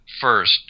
first